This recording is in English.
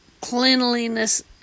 cleanliness